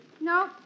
No